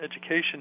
education